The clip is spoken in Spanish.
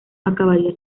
acabaría